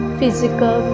physical